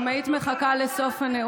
חברת הכנסת,